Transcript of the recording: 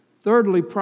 Thirdly